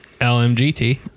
LMGT